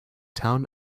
town